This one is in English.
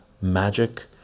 magic